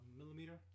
millimeter